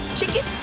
chicken